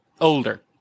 older